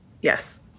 Yes